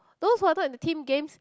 those who are not in the team games